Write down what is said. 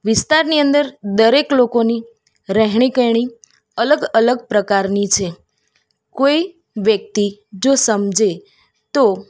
વિસ્તારની અંદર દરેક લોકોની રહેણી કરણી અલગ અલગ પ્રકારની છે કોઈ વ્યક્તિ જો સમજે તો